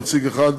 נציג אחד,